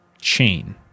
chain